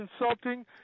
insulting